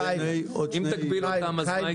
אם תגביל אותם, מה יקרה?